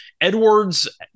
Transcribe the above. Edwards